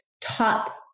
top